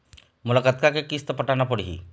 मोला कतका के किस्त पटाना पड़ही?